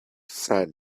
friend